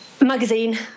magazine